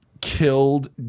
killed